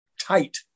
tight